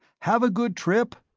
have a good trip?